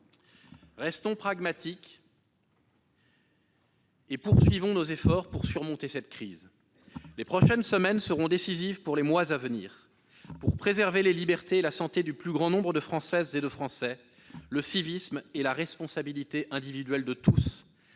Restons pragmatiques et poursuivons nos efforts pour surmonter cette crise. Les prochaines semaines seront décisives pour les mois à venir ; pour préserver les libertés et la santé du plus grand nombre de Français, le civisme et la responsabilité individuelle de tous